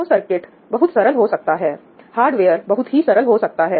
तो सर्किट बहुत सरल हो सकता है हार्डवेयर बहुत ही सरल हो सकता है